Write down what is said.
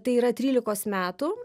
tai yra trylikos metų